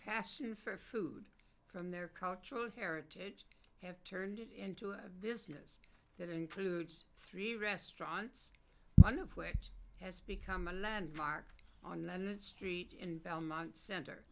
passion for food from their cultural heritage have turned it into a business that includes three restaurants one of which has become a landmark online a street in belmont center